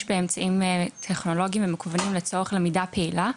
באמצעים טכנולוגיים ומקוונים לצורך למידה פעילה.